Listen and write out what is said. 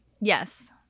Yes